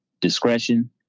Discretion